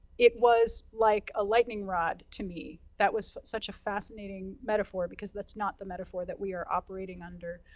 it was like a lightening rod to me. that was such a fascinating metaphor, because that's not the metaphor that we are operating under.